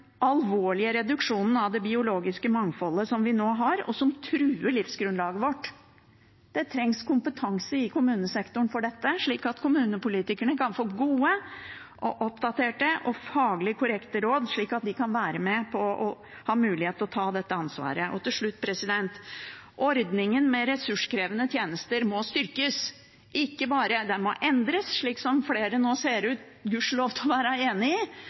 alvorlige reduksjonen av det biologiske mangfoldet vi nå har, og som truer livsgrunnlaget vårt. Det trengs kompetanse i kommunesektoren for dette, slik at kommunepolitikerne kan få gode, oppdaterte og faglig korrekte råd, slik at de kan være med på – og ha mulighet til – å ta dette ansvaret. Til slutt: Ordningen med ressurskrevende tjenester må styrkes. Den må ikke bare endres, slik som flere nå – gudskjelov – ser ut til å være enig i,